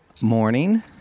morning